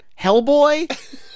Hellboy